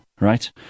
right